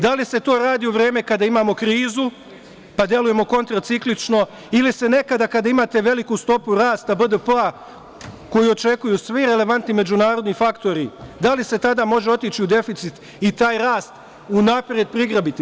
Da li se to radi u vreme kada imamo krizu, pa delujemo kontraciklično ili se nekada, kada imate veliku stopu rasta BDP-a, koju očekuju svi relevantni međunarodni faktori, da li se tada može otići u deficit i taj rast unapred prigrabiti?